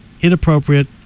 Inappropriate